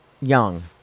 young